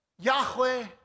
Yahweh